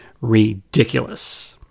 ridiculous